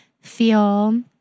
feel